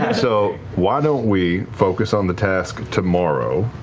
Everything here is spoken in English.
and so why don't we focus on the task tomorrow,